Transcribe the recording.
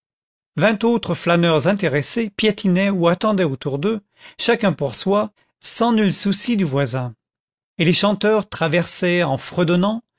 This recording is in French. vingt autres flâneurs intéressés piétinaient ou attendaient autour d'eux chacun pour soi sans nul souci du voisin et les chanteurs traversaient en fredonnant